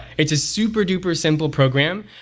it's a super duper simple program.